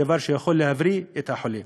דבר שיכול להבריא את החולה.